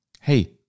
Hey